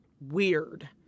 weird